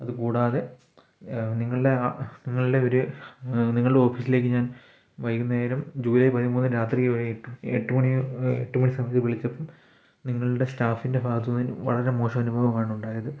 അത് കൂടാതെ നിങ്ങളുടെ ആ നിങ്ങളുടെ ഒരു നിങ്ങളുടെ ഓഫീസിലേക്ക് ഞാൻ വൈകുന്നേരം ജൂലൈ പതിമൂന്ന് രാത്രി വൈകിട്ട് എട്ട് മണി എട്ട് മണി സമയത്ത് വിളിച്ചപ്പോൾ നിങ്ങളുടെ സ്റ്റാഫിൻറെ ഭാഗത്തുനിന്നും വളരെ മോശം അനുഭവമാണ് ഉണ്ടായത്